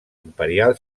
imperial